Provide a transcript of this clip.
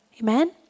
Amen